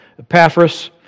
Epaphras